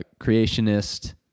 creationist